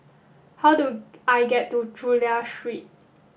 how do I get to Chulia Street